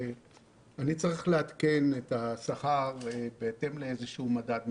אני צריך לעדכן את השכר בהתאם לאיזה שהוא מדד מסוים.